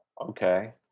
okay